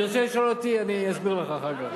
תרצה לשאול אותי, אסביר לך אחר כך.